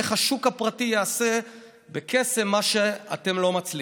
איך השוק הפרטי יעשה בקסם מה שאתם לא מצליחים.